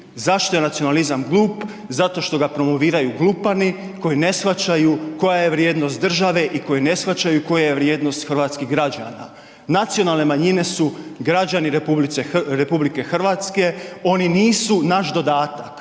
Zašto je nacionalizam glup? Zato što ga promoviraju glupani koji ne shvaćaju koja je vrijednost države i koji ne shvaćaju koja je vrijednost hrvatskih građana. Nacionalne manjine su građani RH, oni nisu naš dodatak,